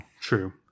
True